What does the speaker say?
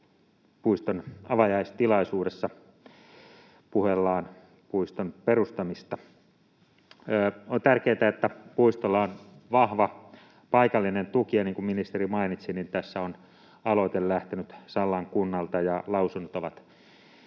puiston avajaistilaisuudessa puheellaan puiston perustamista. On tärkeätä, että puistolla on vahva paikallinen tuki, ja niin kuin ministeri mainitsi, tässä on aloite lähtenyt Sallan kunnalta ja lausunnot ovat